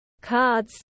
cards